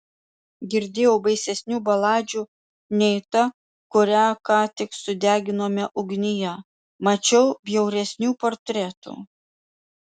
girdėjau baisesnių baladžių nei ta kurią ką tik sudeginome ugnyje mačiau bjauresnių portretų